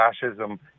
fascism